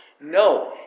No